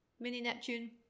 Mini-Neptune